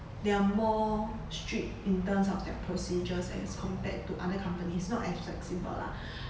they are more strict in terms of their procedures as compared to other companies not as flexible lah